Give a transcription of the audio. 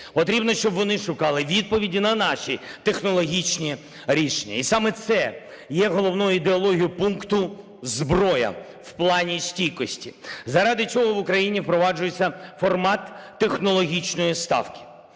Потрібно, щоб вони шукали відповіді на наші технологічні рішення, і саме це є головною ідеологією пункту – зброя в Плані стійкості. Заради цього в Україні впроваджується формат технологічної Ставки.